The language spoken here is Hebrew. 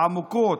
העמוקות,